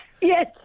Yes